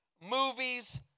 movies